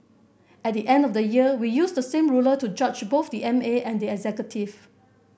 at the end of the year we use the same ruler to judge both the M A and the executive